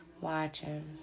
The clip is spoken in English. watching